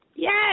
Yes